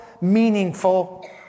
meaningful